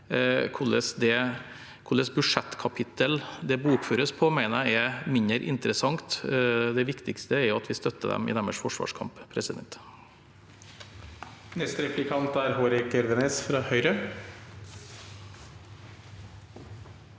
Hvilket budsjettkapittel det bokføres under, mener jeg er mindre interessant. Det viktigste er at vi støtter dem i deres forsvarskamp. Hårek